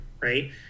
right